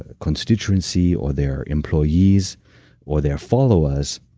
ah constituency or their employees or their followers,